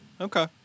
Okay